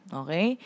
okay